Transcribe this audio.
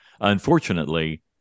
Unfortunately